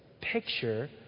picture